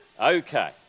Okay